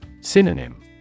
Synonym